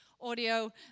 audio